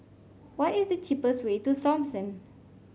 what is the cheapest way to Thomson